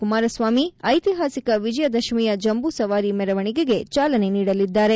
ಕುಮಾರಸ್ವಾಮಿ ಐತಿಹಾಸಿಕ ವಿಜಯದಶಮಿಯ ಜಂಬೂಸವಾರಿ ಮೆರವಣಿಗೆಗೆ ಚಾಲನೆ ನೀಡಲಿದ್ದಾರೆ